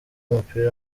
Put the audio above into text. w’umupira